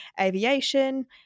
aviation